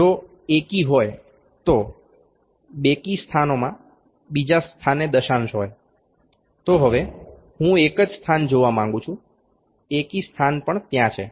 જો એકી હોય તો બેકી સ્થાનોમાં બીજા સ્થાને દશાંશ હોય તો હવે હું એક જ સ્થાન જોવા માંગુ છું એકી સ્થાન પણ ત્યાં છે